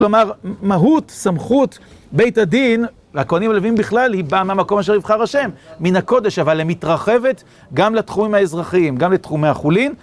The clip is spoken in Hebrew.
כלומר, מהות, סמכות, בית הדין, והכהנים הלווים בכלל, היא באה מהמקום אשר יבחר השם. מן הקודש, אבל היא מתרחבת גם לתחומים האזרחיים, גם לתחומי החולין.